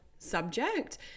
Subject